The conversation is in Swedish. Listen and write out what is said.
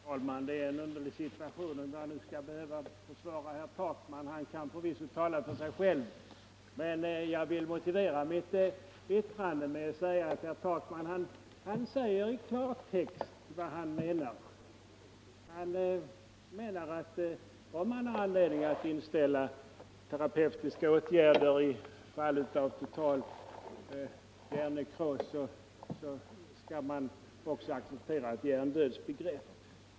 Herr talman! Det är en underlig situation om jag nu skall behöva försvara herr Takman — han kan förvisso tala för sig själv. Herr Takman anger i klartext vad han menar, nämligen att om man har anledning att inställa terapeutiska åtgärder vid fall av total hjärnnekros skall man också acceptera ett hjärndödsbegrepp.